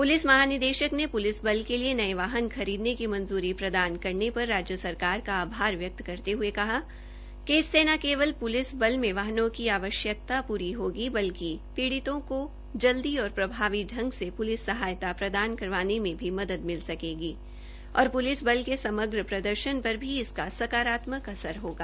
police महानिदेशक ने police बल के लिए नए वाहन खरीदने की मंजूरी प्रदान करने पर राज्य सरकार का आभार व्यक्त करते हुए कहा कि इससे न केवल प्लिस बल में वाहनों की आवश्यकता प्री होगी बल्कि पीड़ितों को जल्दी और प्रभावी ढंग से पुलिस सहायता प्रदान करवाने में भी मदद मिल सकेगी और पुलिस बल के समग्र प्रदर्शन पर भी इसका सकारात्मक असर होगा